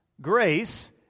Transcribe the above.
Grace